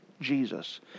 Jesus